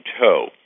toe